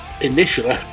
initially